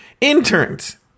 Interns